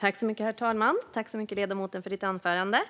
Herr talman! Tack så mycket, ledamoten, för anförandet!